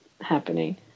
happening